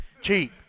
Cheap